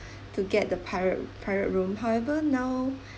to get the private private room however now